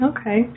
Okay